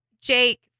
Jake